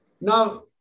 Now